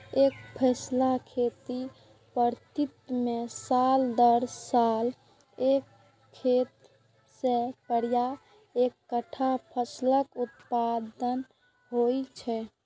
एकफसला खेती पद्धति मे साल दर साल एक खेत मे प्रायः एक्केटा फसलक उत्पादन होइ छै